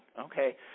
okay